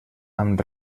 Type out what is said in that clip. amb